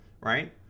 Right